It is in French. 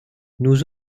nous